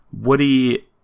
Woody